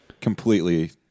completely